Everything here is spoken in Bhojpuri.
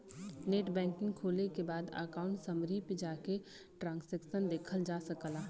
नेटबैंकिंग खोले के बाद अकाउंट समरी पे जाके ट्रांसैक्शन देखल जा सकला